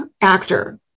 actor